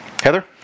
Heather